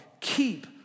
Keep